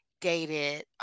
dated